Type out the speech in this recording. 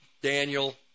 Daniel